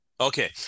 Okay